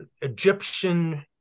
Egyptian